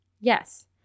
Yes